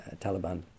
taliban